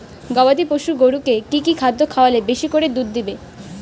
গবাদি পশু গরুকে কী কী খাদ্য খাওয়ালে বেশী বেশী করে দুধ দিবে?